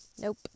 Nope